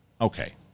Okay